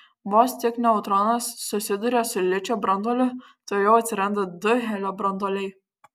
vos tik neutronas susiduria su ličio branduoliu tuojau atsiranda du helio branduoliai